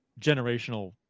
generational